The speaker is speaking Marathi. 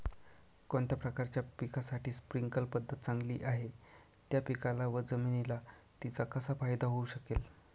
कोणत्या प्रकारच्या पिकासाठी स्प्रिंकल पद्धत चांगली आहे? त्या पिकाला व जमिनीला तिचा कसा फायदा होऊ शकेल?